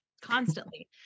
constantly